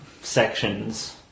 sections